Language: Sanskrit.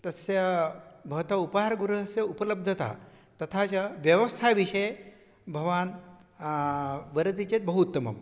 तस्य भवतः उपहारगृहस्य उपलब्धता तथा च व्यवस्थायाः विषये भवान् वदति चेत् बहु उत्तमं